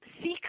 seek